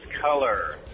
color